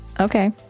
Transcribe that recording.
okay